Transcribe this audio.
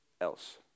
else